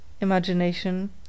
imagination